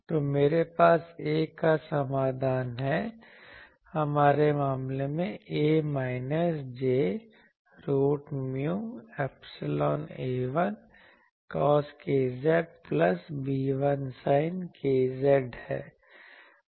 तो मेरे पास A का समाधान है हमारे मामले में A minus j root mu epsilon A1 cos k z plus B1 sin k z है